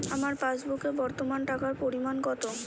আমার পাসবুকে বর্তমান টাকার পরিমাণ কত?